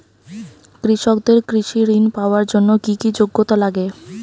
কৃষকদের কৃষি ঋণ পাওয়ার জন্য কী কী যোগ্যতা লাগে?